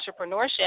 entrepreneurship